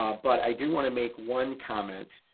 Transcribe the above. ah but i do wanna make one comment